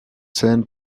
saines